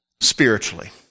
spiritually